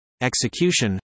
execution